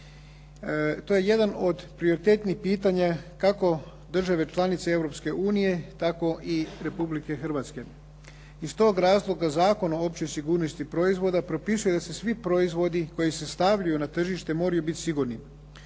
To je jedan od prioritetnih pitanja kako države članice Europske unije tako i Republike Hrvatske. Iz tog razloga Zakon o općoj sigurnosti proizvoda propisuje da svi proizvodi koji se stavljaju na tržište moraju biti sigurni.